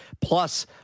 plus